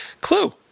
Clue